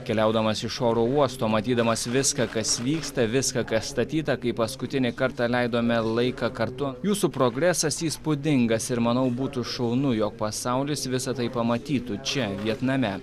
keliaudamas iš oro uosto matydamas viską kas vyksta viską kas statyta kai paskutinį kartą leidome laiką kartu jūsų progresas įspūdingas ir manau būtų šaunu jog pasaulis visa tai pamatytų čia vietname